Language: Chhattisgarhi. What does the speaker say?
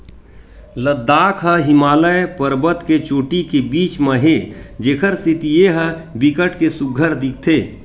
लद्दाख ह हिमालय परबत के चोटी के बीच म हे जेखर सेती ए ह बिकट के सुग्घर दिखथे